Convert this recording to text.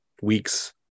weeks